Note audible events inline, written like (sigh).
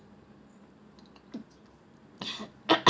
(coughs)